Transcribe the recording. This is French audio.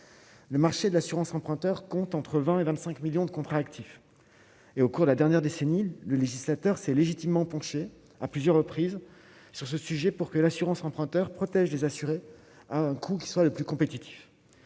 le marché de l'assurance emprunteur compte entre 20 et 25 millions de contrats actifs et au cours de la dernière décennie, le législateur s'est légitimement pencher à plusieurs reprises sur ce sujet pour que l'assurance emprunteur protège les assurés à un coût qui sera le plus compétitif,